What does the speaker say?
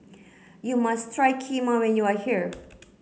you must try Kheema when you are here